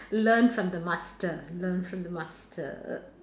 learn from the master learn from the master